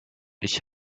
ich